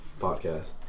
Podcast